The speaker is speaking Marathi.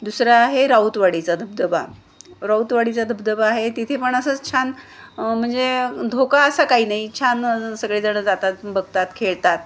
दुसरां आहे राऊतवाडीचा धबधबा राऊतवाडीचा धबधबा आहे तिथे पण असंच छान म्हणजे धोका असा काही नाही छान सगळेजणं जातात बघतात खेळतात